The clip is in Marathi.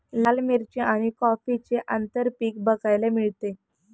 लाल मिरची आणि कॉफीचे आंतरपीक बघायला मिळते